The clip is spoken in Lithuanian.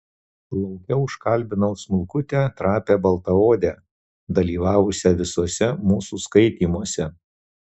lauke užkalbinau smulkutę trapią baltaodę dalyvavusią visuose mūsų skaitymuose